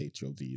hov